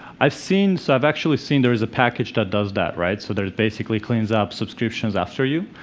i've seen, so i've actually seen there is a package that does that right, so there's basically cleans up subscriptions after you.